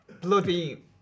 bloody